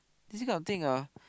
this kind of thing ah